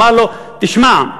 אמר לו: תשמע,